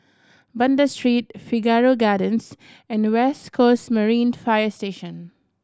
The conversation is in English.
Banda Street Figaro Gardens and West Coast Marine Fire Station